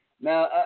now